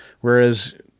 Whereas